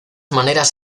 maneras